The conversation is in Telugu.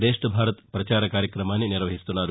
శేష్ఠ్ భారత్ పచార కార్యక్రమాన్ని నిర్వహిస్తున్నారు